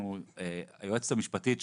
היועצת המשפטית שלך,